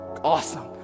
Awesome